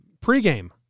Pre-game